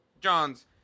John's